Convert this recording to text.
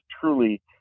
truly